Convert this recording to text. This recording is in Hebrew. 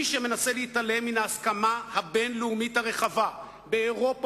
מי שמנסה להתעלם מן ההסכמה הבין-לאומית הרחבה באירופה